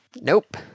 Nope